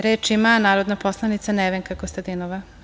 Reč ima narodna poslanica Nevenka Kostadinova.